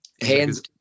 Hands